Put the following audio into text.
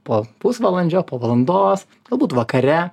po pusvalandžio po valandos galbūt vakare